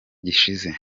gishize